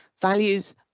values